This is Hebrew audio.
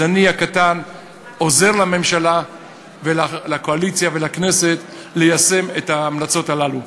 אז אני הקטן עוזר לממשלה ולקואליציה ולכנסת ליישם את ההמלצות הללו.